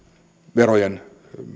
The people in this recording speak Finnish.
verojen